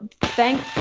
thank